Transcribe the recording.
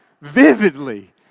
vividly